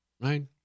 right